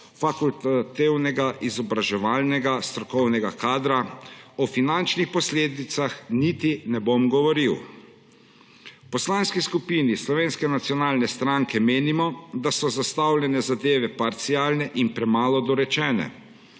fakultativnega izobraževalnega strokovnega kadra; o finančnih posledicah niti ne bom govoril. V Poslanski skupini Slovenske nacionalne stranke menimo, da so zastavljene zadeve parcialne in premalo dorečene